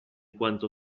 quanto